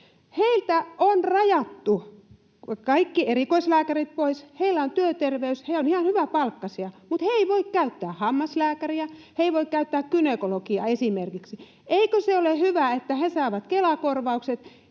heiltä on rajattu kaikki erikoislääkärit pois. Heillä on työterveys, he ovat ihan hyväpalkkaisia, mutta he eivät voi käyttää hammaslääkäriä, he eivät voi käyttää gynekologia esimerkiksi. Eikö se ole hyvä, että he saavat Kela-korvaukset